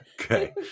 Okay